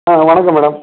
ஆ வணக்கம் மேடம்